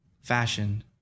fashion